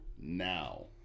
now